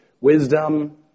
wisdom